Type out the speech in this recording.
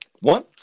one